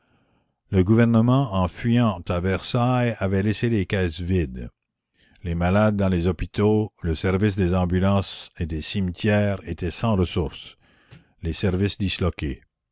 le gouvernement en fuyant à versailles avait laissé les caisses vides les malades dans les hôpitaux le service des ambulances et des cimetières étaient sans ressources les services disloqués